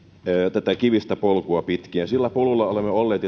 tätä kivistä polkua pitkin ja sillä polulla olemme olleet